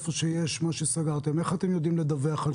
איך אתם יודעים לדווח?